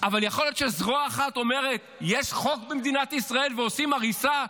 אבל יכול להיות שזרוע אחת אומרת שיש חוק במדינת ישראל ועושים הריסה,